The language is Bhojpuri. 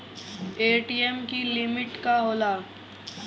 ए.टी.एम की लिमिट का होला?